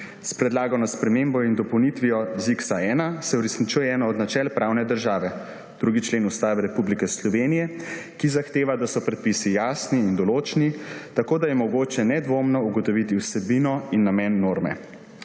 S predlagano spremembo in dopolnitvijo ZIKS-1 se uresničuje eno od načel pravne države: 2. člen Ustave Republike, ki zahteva, da so predpisi jasni in določni, tako da je mogoče nedvomno ugotoviti vsebino in namen norme.